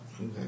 Okay